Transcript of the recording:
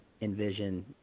envision